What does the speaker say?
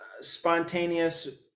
spontaneous